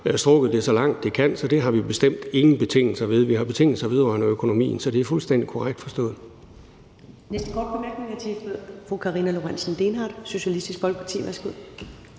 trukket det, så langt det kan, så det har vi bestemt ingen betænkeligheder ved. Vi har betænkeligheder vedrørende økonomien. Så det er fuldstændig korrekt forstået.